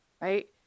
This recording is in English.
right